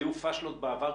היו פאשלות בעבר,